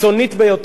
הקיצונית ביותר,